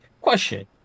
question